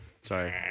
sorry